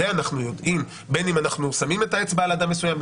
את זה אנחנו יודעים בין אם אנחנו שמים את האצבע על אדם מסוים,